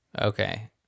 Okay